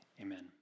amen